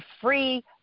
free